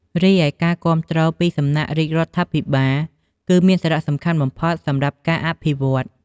រីឯការគាំទ្រពីសំណាក់រាជរដ្ឋាភិបាល គឺមានសារៈសំខាន់បំផុតសម្រាប់ការអភិវឌ្ឍន៍។